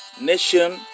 nation